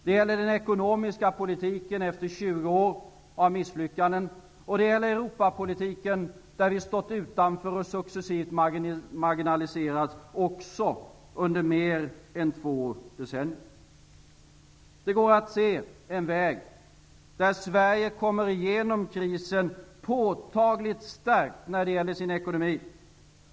Det gäller den ekonomiska politiken, efter 20 år av misslyckanden, och det gäller Europapolitiken, där vi också under mer än två decennier stått utanför och successivt marginaliserats. Det går att se en väg där Sverige kommer igenom krisen påtagligt stärkt i sin ekonomi.